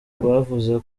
bavuze